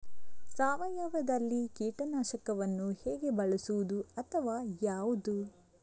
ಸಾವಯವದಲ್ಲಿ ಕೀಟನಾಶಕವನ್ನು ಹೇಗೆ ಬಳಸುವುದು ಅಥವಾ ಯಾವುದು?